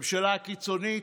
ממשלה קיצונית,